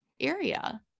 area